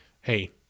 Hey